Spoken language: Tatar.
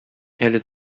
әле